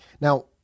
Now